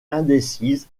indécise